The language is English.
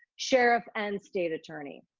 sheriff and state attorney.